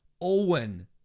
Owen